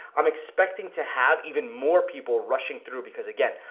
i'm expecting to have even more people rushing through because, again,